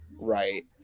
right